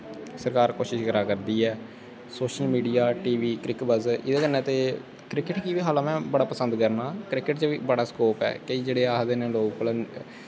सरकार कोशश करा करदी ऐ सोशल मीडिया क्रिकेट बाईज़र एह्दै कन्नै क्रिकेट गी बी हालां कि में बड़ा पसंद करना क्रिकेट च बी बड़ा स्कोप ऐ जेह्ड़े आखदे दे न लोग भला